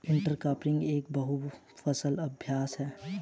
intercropping एक बहु फसल अभ्यास है